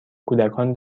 کودکان